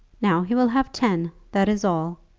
now he will have ten, that is all,